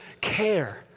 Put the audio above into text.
care